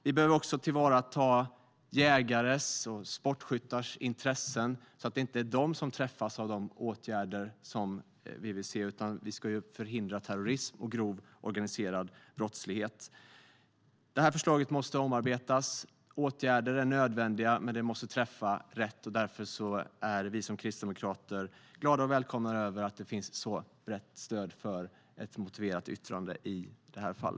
Vi behöver också tillvarata jägares och sportskyttars intressen så att de inte träffas av de åtgärder som vi vill se. Vi ska förhindra terrorism och grov organiserad brottslighet. Förslaget måste omarbetas. Åtgärder är nödvändiga, men de måste träffa rätt. Därför är vi kristdemokrater glada och välkomnar att det finns ett så brett stöd för ett motiverat yttrande i detta fall.